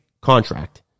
contract